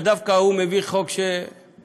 ודווקא הוא מביא חוק שינציח,.